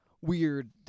weird